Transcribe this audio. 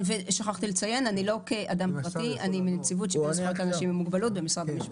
בהחלט אשמח לקבוע פגישה.